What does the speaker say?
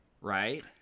right